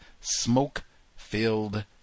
smoke-filled